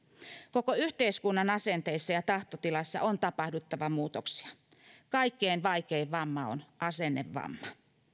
koko yhteiskunnan asenteissa ja tahtotilassa on tapahduttava muutoksia kaikkein vaikein vamma on asennevamma